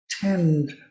tend